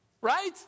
right